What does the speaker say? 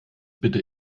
bitte